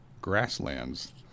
grasslands